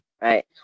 right